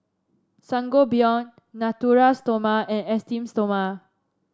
Sangobion Natura Stoma and Esteem Stoma